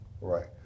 Right